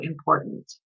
important